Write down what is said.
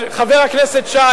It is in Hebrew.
חבר הכנסת שי,